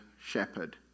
shepherd